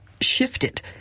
shifted